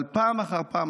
אבל פעם אחר פעם,